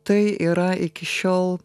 tai yra iki šiol